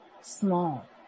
small